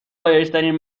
رایجترین